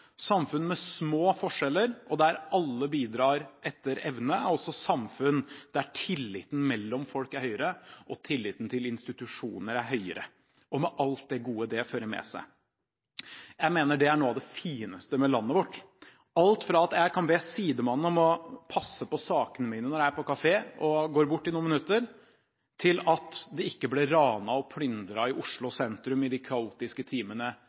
Samfunn med små forskjeller og der alle bidrar etter evne, er også samfunn der tilliten mellom folk er høyere og tilliten til institusjoner er høyere, med alt det gode det fører med seg. Jeg mener det er noe av det fineste med landet vårt – alt fra at jeg kan be sidemannen om å passe på sakene mine når jeg er på kafé og går bort i noen minutter, til at det ikke ble ranet og plyndret i Oslo sentrum i de kaotiske timene